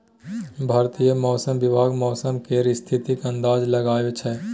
भारतीय मौसम विभाग मौसम केर स्थितिक अंदाज लगबै छै